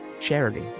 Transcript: charity